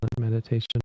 meditation